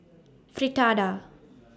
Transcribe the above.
Fritada